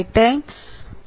58Ω ആണ്